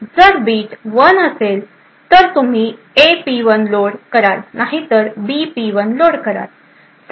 जर बिट 1 असेल तर तुम्ही A P1 लोड कराल नाहीतर बी पी 1 लोड कराल